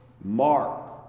Mark